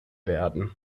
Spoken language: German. werden